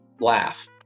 laugh